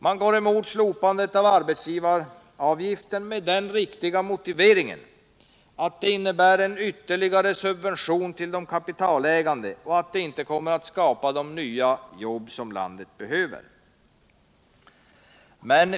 Man går emot slopandet av arbetsgivaravgiften, med den riktiga motiveringen att det innebär en ytterligare subvention till de kapitalägande och att det inte kommer att skapa de nya jobb som landet behöver.